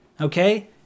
Okay